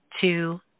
two